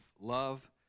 love